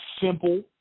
simple